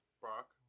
Brock